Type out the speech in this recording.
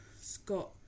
Scott